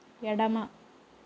ఎడమ